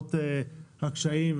למרות הקשיים,